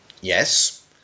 yes